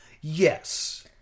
Yes